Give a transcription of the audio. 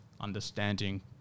understanding